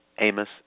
Amos